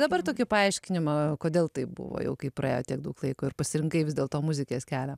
dabar tokį paaiškinimą kodėl taip buvo jau kaip praėjo tiek daug laiko ir pasirinkai vis dėlto muzikės kelią